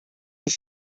his